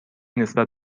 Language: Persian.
نسبت